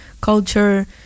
culture